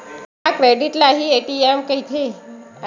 का क्रेडिट ल हि ए.टी.एम कहिथे?